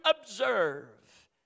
observe